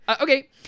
Okay